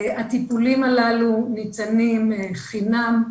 הטיפולים הללו ניתנים חינם,